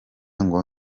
ngo